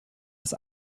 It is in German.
das